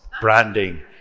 branding